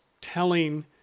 telling